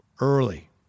Early